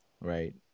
right